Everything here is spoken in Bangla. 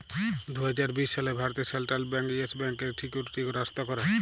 দু হাজার বিশ সালে ভারতে সেলট্রাল ব্যাংক ইয়েস ব্যাংকের সিকিউরিটি গ্রস্ত ক্যরে